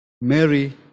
Mary